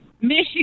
Michigan